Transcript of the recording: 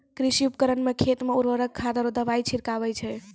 कृषि उपकरण सें खेत मे उर्वरक खाद आरु दवाई छिड़कावै छै